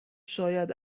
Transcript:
شاید